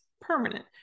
permanent